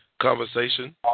conversation